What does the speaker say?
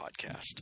podcast